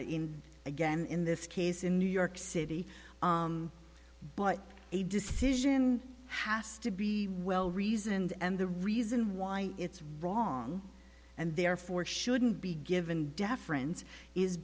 in again in this case in new york city but a decision has to be well reasoned and the reason why it's wrong and therefore shouldn't be given deference is